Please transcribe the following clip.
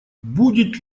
будет